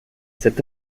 cet